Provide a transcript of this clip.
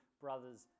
brothers